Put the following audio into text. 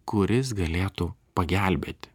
kuris galėtų pagelbėti